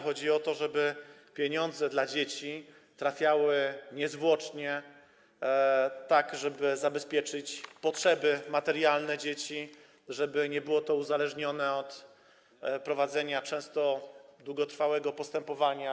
Chodzi o to, żeby pieniądze dla dzieci trafiały niezwłocznie, żeby zabezpieczyć potrzeby materialne dzieci, żeby nie było to uzależnione od prowadzenia często długotrwałego postępowania.